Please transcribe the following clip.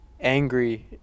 angry